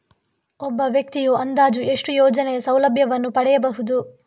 ಒಬ್ಬ ವ್ಯಕ್ತಿಯು ಅಂದಾಜು ಎಷ್ಟು ಯೋಜನೆಯ ಸೌಲಭ್ಯವನ್ನು ಪಡೆಯಬಹುದು?